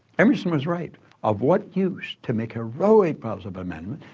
emerson was right of what use to make heroic vows of amendment,